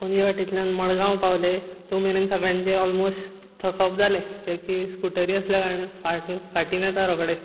पणजे वाटेंतल्यान मडगांव पावले तो मेरेन सगळ्यांचे ऑलमोस्ट थकप जालें कित्याक की स्कुटरी आसल्या कारणान फा फाटीन येता रोखडें